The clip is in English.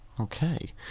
Okay